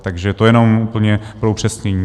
Takže to jenom úplně pro upřesnění.